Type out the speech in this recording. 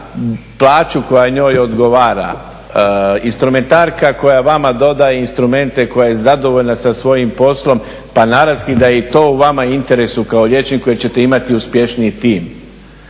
ima plaću koja njoj odgovara, instrumentarka koja vama dodaje instrumente, koja je zadovoljna sa svojim poslom pa naravno da je i to vama u interesu kao liječniku jer ćete imati uspješniji tim.